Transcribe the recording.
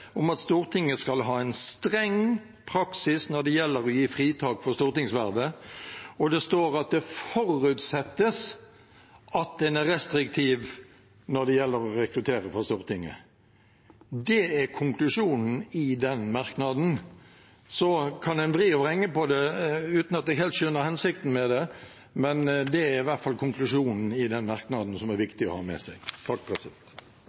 om at Stortinget skal ha en streng praksis når det gjelder å gi fritak for stortingsvervet.» Det står også at det forutsettes at en er restriktiv når det gjelder å rekruttere fra Stortinget. Det er konklusjonen i den merknaden. Så kan en vri og vrenge på det, uten at jeg helt skjønner hensikten med det, men det er i hvert fall konklusjonen i den merknaden som er